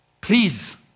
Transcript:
Please